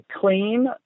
clean